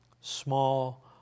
small